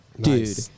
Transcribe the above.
dude